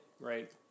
Right